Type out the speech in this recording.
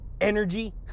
energy